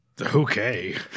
Okay